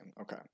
okay